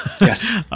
Yes